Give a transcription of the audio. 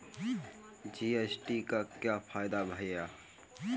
GST का क्या फायदा है भैया?